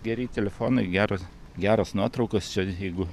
geri telefonai geros geros nuotraukos čia jeigu